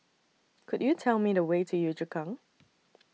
Could YOU Tell Me The Way to Yio Chu Kang